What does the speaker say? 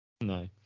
No